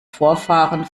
vorfahren